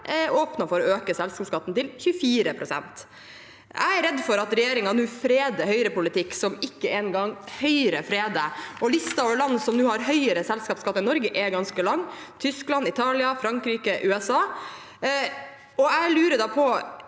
åpnet for å øke selskapsskatten til 24 pst. Jeg er redd for at regjeringen nå freder høyrepolitikk som ikke engang Høyre freder. Listen over land som nå har høyere selskapsskatt enn Norge, er ganske lang: Tyskland, Italia, Frankrike, USA. Jeg lurer da på: